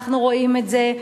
אנחנו רואים את זה.